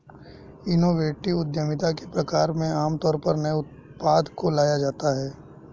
innovative उद्यमिता के प्रकार में आमतौर पर नए उत्पाद को लाया जाता है